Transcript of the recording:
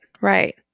right